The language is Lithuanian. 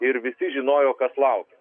ir visi žinojo kas laukia